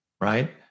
right